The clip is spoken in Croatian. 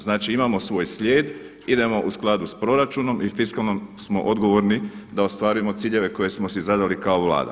Znači imamo svoj slijed, idemo u skladu sa proračunom i fiskalno smo odgovorni da ostvarimo ciljeve koje smo si zadali kao Vlada.